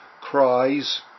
cries